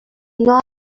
not